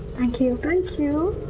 thank you. thank you.